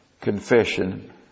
confession